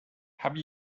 have